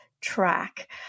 track